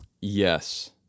Yes